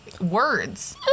words